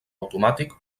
automàtic